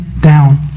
down